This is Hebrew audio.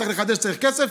בשביל לחדש צריך כסף.